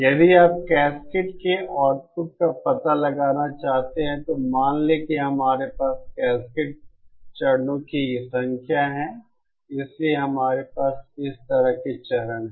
यदि आप कैस्केड के आउटपुट का पता लगाना चाहते हैं तो मान लें कि हमारे पास कैस्केड चरणों की संख्या है इसलिए हमारे पास इस तरह के चरण हैं